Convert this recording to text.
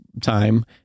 time